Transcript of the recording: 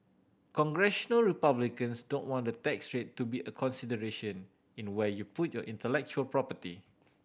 Congressional Republicans don't want the tax rate to be a consideration in where you put your intellectual property